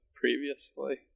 previously